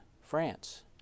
France